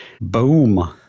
Boom